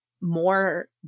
more